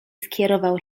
skierował